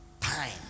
Time